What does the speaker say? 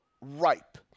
ripe